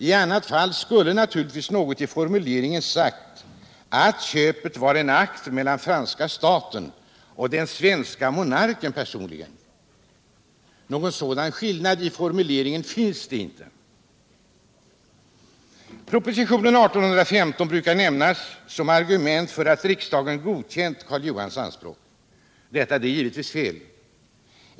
I annat fall skulle naturligtvis något i formuleringen sagt att köpet var en akt mellan franska staten och den svenske monarken personligen. Någon sådan skillnad i formuleringen finns inte. Propositionen år 1815 brukar nämnas som ett argument för att riksdagen godkänt Karl Johans anspråk. Detta är givetvis fel.